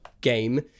game